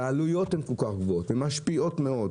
והעלויות הן כל כך גבוהות ומשפיעות מאוד,